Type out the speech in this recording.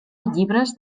llibres